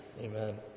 Amen